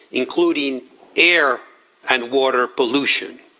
including air and water pollution.